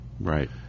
Right